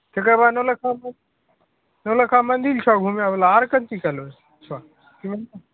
तकर बाद नौलखा मन्दि नौलखा मन्दिर छह घुमयवला आर कथी की कहलह छह सिमरिया